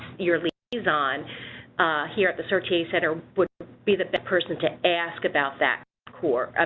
your liaison here at the search a center would be the best person to ask about that core, ah